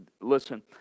listen